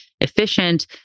efficient